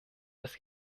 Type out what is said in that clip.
das